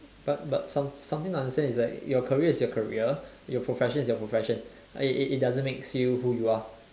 but but some something I understand is like your career is your career your profession is your profession it it it doesn't makes you who you are